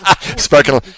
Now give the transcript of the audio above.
Spoken